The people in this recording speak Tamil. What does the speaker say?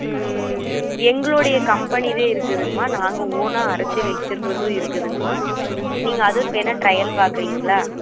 எங்களுடைய கம்பெனி இதே இருக்குதுங்மா நாங்கள் ஓனாக அரைச்சி வைச்சிருக்கறதும் இருக்குதுங்மா நீங்க்ள் அது வேணால் ட்ரையல் பார்க்கறீங்ளா